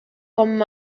vom